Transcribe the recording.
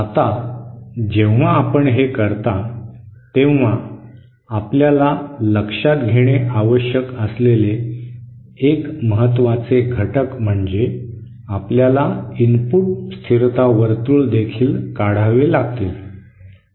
आता जेव्हा आपण हे करता तेव्हा आपल्याला लक्षात घेणे आवश्यक असलेले एक महत्त्वाचे घटक म्हणजे आपल्याला इनपुट स्थिरता वर्तुळ देखील काढावी लागतील